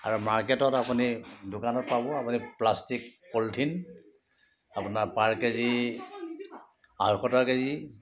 আৰু মাৰ্কেটত আপুনি দোকানত পাব আপুনি প্লাষ্টিক পলিথিন আপোনাৰ পাৰ কেজি আঢ়ৈশ টকা কেজি